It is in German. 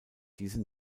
diese